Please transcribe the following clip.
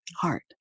heart